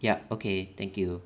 yup okay thank you